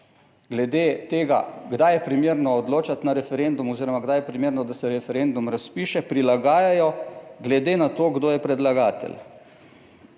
glede tega, kdaj je primerno odločati na referendumu oziroma kdaj je primerno, da se referendum razpiše, prilagajajo, glede na to kdo je predlagatelj.